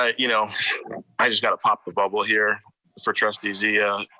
ah you know i just gotta pop the bubble here for trustee zia.